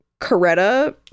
coretta